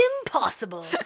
impossible